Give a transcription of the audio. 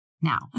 Now